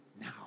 now